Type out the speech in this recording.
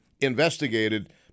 investigated